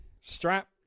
strap